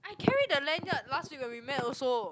I carry the lanyard last week when we met also